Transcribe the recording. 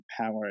power